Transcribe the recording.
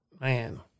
man